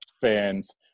fans